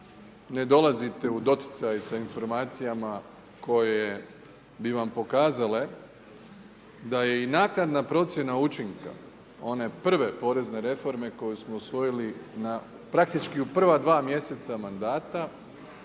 ne dolazite u doticaj sa informacijama koje bi vam pokazale da je i naknadna procjena učinka one prve porezne reforme koju smo usvojili na praktički u prva dva mjeseca mandata,